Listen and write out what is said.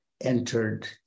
entered